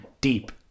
deep